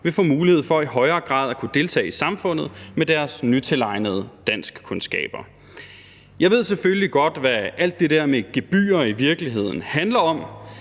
vil få mulighed for i højere grad at kunne deltage i samfundet med deres nytilegnede danskkundskaber. Jeg ved selvfølgelig godt, hvad alt det der med gebyrer i virkeligheden handler om.